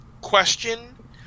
question